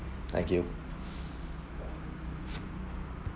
thank you